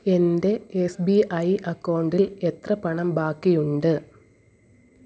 എൻ്റെ S B I അക്കൗണ്ടിൽ എത്ര പണം ബാക്കിയുണ്ട്